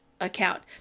account